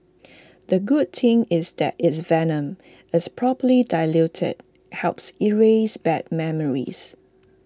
the good thing is that it's venom is properly diluted helps erase bad memories